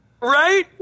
Right